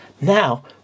now